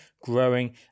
growing